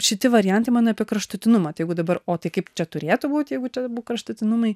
šiti variantai man apie kraštutinumą tai jeigu dabar o tai kaip čia turėtų būti jeigu ten abu kraštutinumai